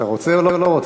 רוצה או לא רוצה?